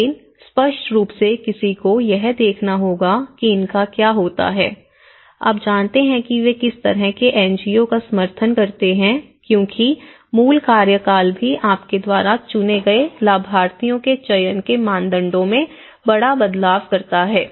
लेकिन स्पष्ट रूप से किसी को यह देखना होगा कि इनका क्या होता है आप जानते हैं कि वे किस तरह के एनजीओ का समर्थन करते हैं क्योंकि मूल कार्यकाल भी आपके द्वारा चुने गए लाभार्थियों के चयन के मानदंडों में बड़ा बदलाव करता है